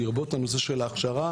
לרבות נושא ההכשרה,